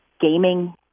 gaming